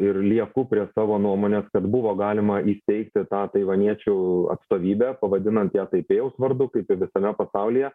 ir lieku prie savo nuomonės kad buvo galima įsteigti tą taivaniečių atstovybę pavadinant ją taipėjaus vardu kaip ir visame pasaulyje